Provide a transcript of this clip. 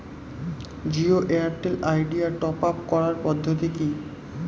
Jio Airtel Idea top up করার পদ্ধতি কি?